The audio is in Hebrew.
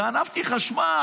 גנבתי חשמל,